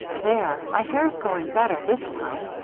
there! my hair's going better this time.